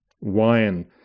wine